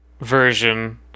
version